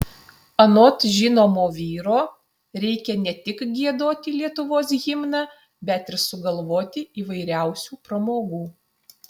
anot žinomo vyro reikia ne tik giedoti lietuvos himną bet ir sugalvoti įvairiausių pramogų